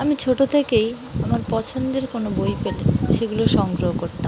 আমি ছোটো থেকেই আমার পছন্দের কোনো বই পেলে সেগুলো সংগ্রহ করতাম